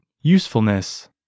usefulness